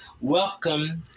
welcome